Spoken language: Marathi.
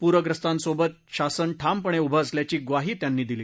प्रग्रस्तांसोबत शासन ठामपणे उभं असल्याची ग्वाही त्यांनी दिली